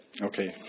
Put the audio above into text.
Okay